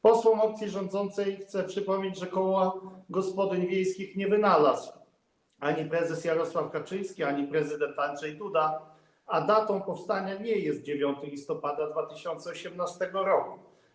Posłom opcji rządzącej chcę przypomnieć, że kół gospodyń wiejskich nie wynalazł ani prezes Jarosław Kaczyński, ani prezydent Andrzej Duda, a datą powstania nie jest 9 listopada 2018 r.